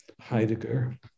Heidegger